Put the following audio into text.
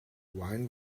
wine